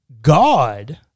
God